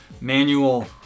manual